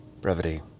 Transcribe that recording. Brevity